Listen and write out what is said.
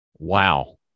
Wow